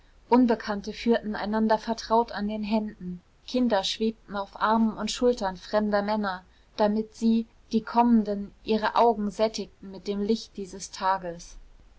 unbekannte führten einander vertraut an den händen kinder schwebten auf armen und schultern fremder männer damit sie die kommenden ihre augen sättigten mit dem licht dieses tages